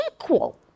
equal